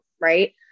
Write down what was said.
right